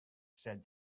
said